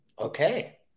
Okay